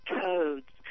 codes